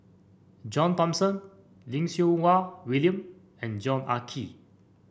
John Thomson Lim Siew Wai William and Yong Ah Kee